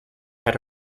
had